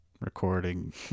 recording